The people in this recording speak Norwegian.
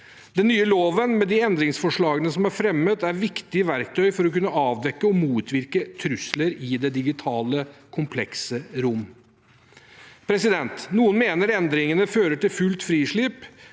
Den nye loven, med de endringsforslagene som er fremmet, er et viktig verktøy for å kunne avdekke og motvirke trusler i det digitale, komplekse rom. Noen mener endringene fører til fullt frislipp.